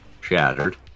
shattered